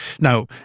Now